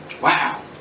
Wow